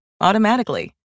automatically